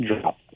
drop